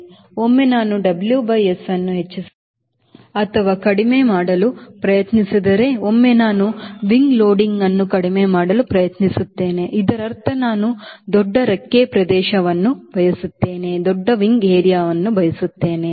ಒಮ್ಮೆ ನಾನು WSಅನ್ನು ಹೆಚ್ಚಿಸಲು ಅಥವಾ ಕಡಿಮೆ ಮಾಡಲು ಪ್ರಯತ್ನಿಸಿದರೆ ಒಮ್ಮೆ ನಾನು ರೆಕ್ಕೆ ಲೋಡಿಂಗ್ ಅನ್ನು ಕಡಿಮೆ ಮಾಡಲು ಪ್ರಯತ್ನಿಸಿದರೆ ಇದರರ್ಥ ನಾನು ದೊಡ್ಡ ರೆಕ್ಕೆ ಪ್ರದೇಶವನ್ನು ಬಯಸುತ್ತೇನೆ